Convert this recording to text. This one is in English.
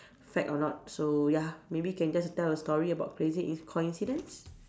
fact or not so so ya maybe can just tell a story about crazy in~ coincidence